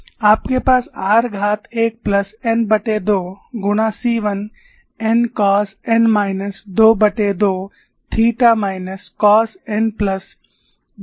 आपके पास r घात 1 प्लस n2 गुणा C 1 n cos n minus 22 theta minus cos n plus 22 theta है